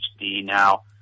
now